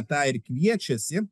tą ir kviečiasi